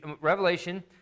Revelation